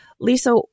Lisa